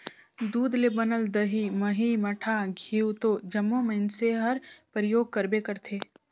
दूद ले बनल दही, मही, मठा, घींव तो जम्मो मइनसे हर परियोग करबे करथे